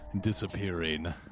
disappearing